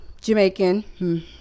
Jamaican